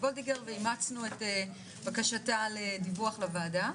וולדיגר ואימצנו את בקשתה לדיווח לוועדה.